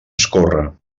escórrer